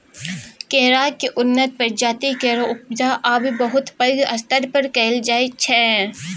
केराक उन्नत प्रजाति केर उपजा आब बहुत पैघ स्तर पर कएल जाइ छै